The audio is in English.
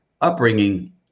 upbringing